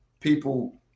People